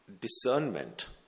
discernment